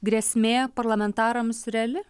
grėsmė parlamentarams reali